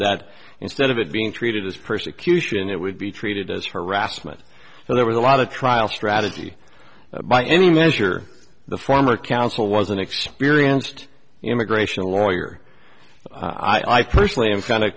that instead of it being treated as persecution it would be treated as harassment so there was a lot of trial strategy by any measure the former counsel was an experienced immigration lawyer i personally am kind